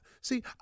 See